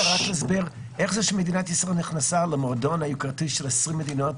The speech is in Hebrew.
איך זה שמדינת ישראל נכנסה למועדון היוקרתי של 20 המדינות